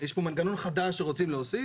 מנגנון חדש שרוצים להוסיף,